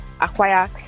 acquire